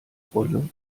rolle